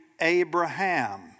Abraham